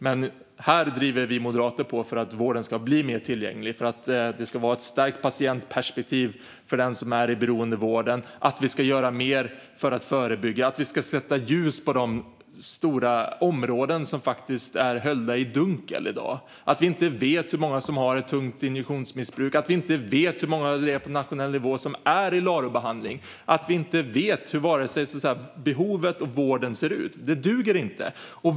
Men här driver vi moderater på för att vården ska bli mer tillgänglig, för ett starkt patientperspektiv i beroendevården, för att göra mer för att förebygga och sätta ljus på de stora områden som i dag är höljda i dunkel. Att vi inte vet hur många som har ett tungt injektionsmissbruk, hur många på nationell nivå som är i LARO-behandling eller hur vare sig behoven eller vården ser ut duger inte.